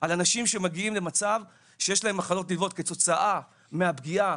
על אנשים שהגיעו למצב שיש להם מחלות נלוות כתוצאה מהפגיעה